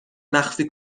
مخفی